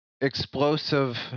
explosive